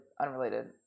unrelated